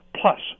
Plus